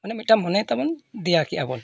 ᱢᱟᱱᱮ ᱢᱤᱫᱴᱟᱱ ᱢᱚᱱᱮ ᱛᱟᱵᱚᱱ ᱫᱮᱭᱟ ᱠᱮᱫᱼᱟ ᱵᱚᱱ